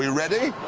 ready?